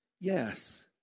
yes